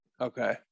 Okay